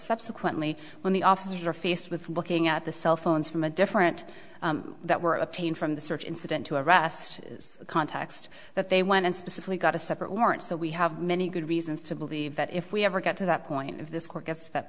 subsequently when the officers are faced with looking at the cell phones from a different that were obtained from the search incident to arrest is a context that they went and specifically got a separate warrant so we have many good reasons to believe that if we ever get to that point of this